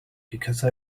because